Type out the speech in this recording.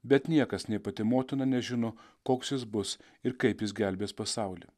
bet niekas nei pati motina nežino koks jis bus ir kaip jis gelbės pasaulį